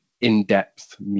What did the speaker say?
in-depth